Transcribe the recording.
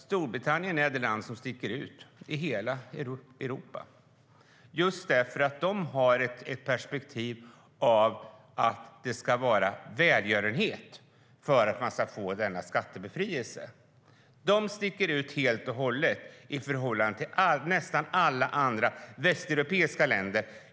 Storbritannien är det land som sticker ut i Europa, för de har perspektivet att det ska vara välgörenhet för att man få skattebefrielse. De sticker ut helt i förhållande till nästan alla andra västeuropeiska länder.